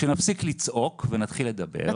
כשנפסיק לצעוק ונתחיל לדבר,